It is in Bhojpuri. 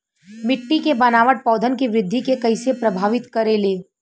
मिट्टी के बनावट पौधन के वृद्धि के कइसे प्रभावित करे ले?